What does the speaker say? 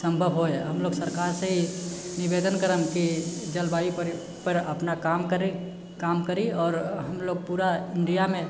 सम्भव होइ हमलोक सरकारसँ निवेदन करम कि जलवायुपर अपना काम करै काम करी आओर हमलोक पूरा इण्डियामे